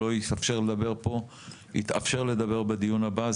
יתאפשר לדבר בדיון הבא.